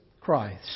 Christ